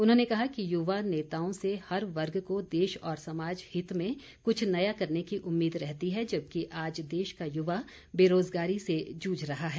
उन्होंने कहा कि युवा नेताओं से हर वर्ग को देश और समाज हित में कुछ नया करने की उम्मीद रहती है जबकि आज देश का युवा बेरोजगारी से जूझ रहा है